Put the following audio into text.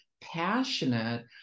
passionate